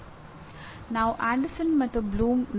ಆದ್ದರಿಂದ ಎಲ್ಲಾ ಎಂಜಿನಿಯರ್ಗಳು ಅದರೊಳಗೆ ಕೆಲಸ ಮಾಡಬೇಕಾಗುತ್ತದೆ